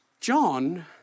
John